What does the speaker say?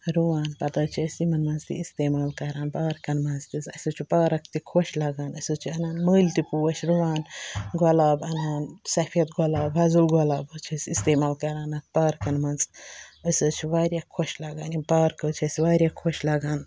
رُوان پَتہٕ حظ چھِ أسۍ یِمَن منٛز تہِ استعمال کَران پارکَن منٛز تہِ اَسہِ حظ چھُ پارَک تہِ خۄش لَگان أسۍ حظ چھِ اَنان مٔلۍ تہِ پوش رُوان گۄلاب اَنان سفید گۄلاب حظ وۄزُل گۄلاب حظ چھِ استعمال کَران اَتھ پارکَن منٛز أسۍ حظ چھِ واریاہ خۄش لَگان یِم پارکہٕ حظ چھِ اَسہِ واریاہ خۄش لَگان